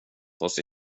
oss